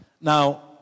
Now